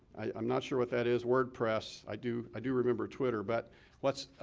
i'm not sure what that is. wordpress. i do, i do remember twitter. but what's